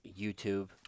YouTube